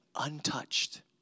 untouched